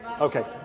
Okay